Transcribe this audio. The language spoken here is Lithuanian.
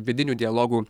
vidinių dialogų